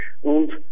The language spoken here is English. und